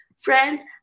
Friends